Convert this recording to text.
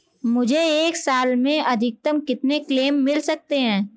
मुझे एक साल में अधिकतम कितने क्लेम मिल सकते हैं?